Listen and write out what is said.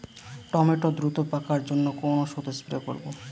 Tomato দ্রুত পাকার জন্য কোন ওষুধ স্প্রে করব?